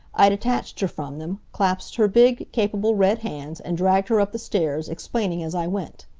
i detached her from them, clasped her big, capable red hands and dragged her up the stairs, explaining as i went.